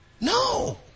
No